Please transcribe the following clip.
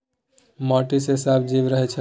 माटि मे सब जीब रहय छै